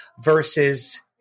versus